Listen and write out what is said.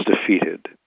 defeated